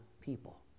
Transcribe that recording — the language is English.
people